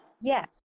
Yes